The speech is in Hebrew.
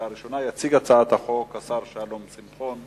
עברה בקריאה הראשונה ותועבר לוועדה לזכויות הילד להכנתה לקריאה,